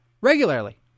Regularly